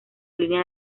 línea